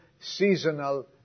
seasonal